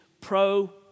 pro